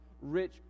rich